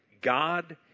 God